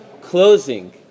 closing